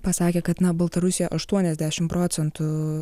pasakė kad na baltarusija aštuoniasdešimt procentų